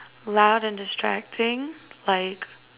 loud and distracting like